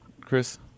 Chris